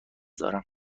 دارم